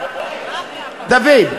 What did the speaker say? דוד,